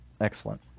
excellent